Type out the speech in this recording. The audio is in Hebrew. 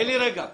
רבותיי,